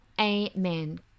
Amen